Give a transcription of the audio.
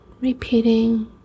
repeating